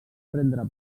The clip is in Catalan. prendre